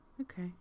Okay